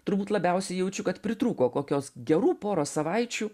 turbūt labiausiai jaučiu kad pritrūko kokios gerų poros savaičių